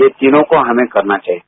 ये तीनों को हमें करना चाहिए